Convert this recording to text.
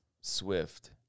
Swift